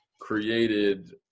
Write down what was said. created